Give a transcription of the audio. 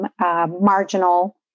marginal